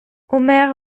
omer